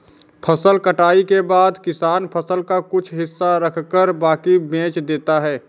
फसल कटाई के बाद किसान फसल का कुछ हिस्सा रखकर बाकी बेच देता है